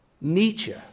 Nietzsche